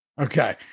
Okay